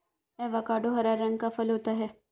avocado हरा रंग का फल होता है